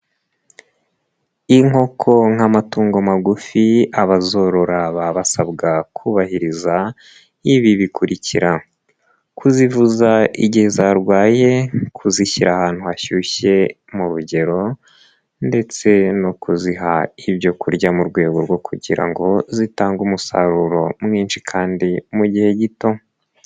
Inkoko nk'amatungo magufi abazorora babasabwa kubahiriza ibi bikurikira: kuzivuza igihe zarwaye, kuzishyira ahantu hashyushye mu rugero ndetse no kuziha ibyo kurya mu rwego rwo kugira ngo zitange umusaruro mwinshi kandi mu gihe gito.